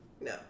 No